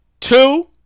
two